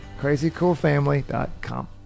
CrazyCoolFamily.com